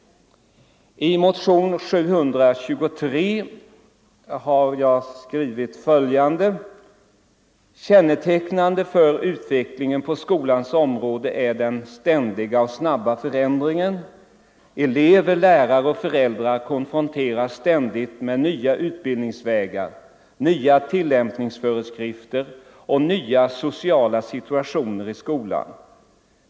I motionen 723 har jag skrivit följande: ”Kännetecknande för utvecklingen på skolans område är den ständiga och snabba förändringen. Elever, lärare och föräldrar konfronteras ständigt med nya utbildningsvägar, nya tillämpningsföreskrifter och nya sociala situationer i skolan.